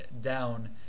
down